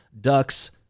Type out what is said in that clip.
Ducks